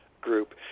group